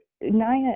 naya